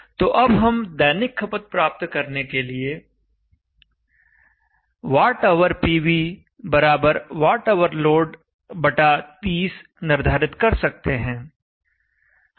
तो अब हम दैनिक खपत प्राप्त करने के लिए WhpvWhload30 निर्धारित कर सकते हैं